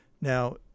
Now